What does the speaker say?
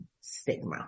stigma